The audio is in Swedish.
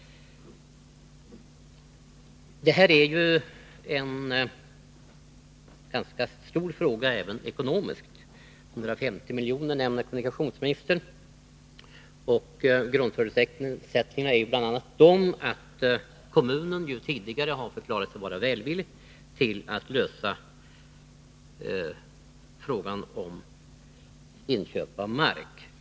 Detta är en ganska stor fråga även ekonomiskt — kommunikationsministern nämner summan 150 milj.kr. En av grundförutsättningarna är att kommunen tidigare har förklarat sig vara villig att lösa frågan om inköp av mark.